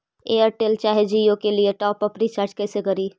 Airtel चाहे जियो के लिए टॉप अप रिचार्ज़ कैसे करी?